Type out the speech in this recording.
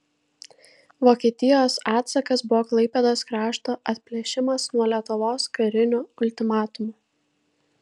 vokietijos atsakas buvo klaipėdos krašto atplėšimas nuo lietuvos kariniu ultimatumu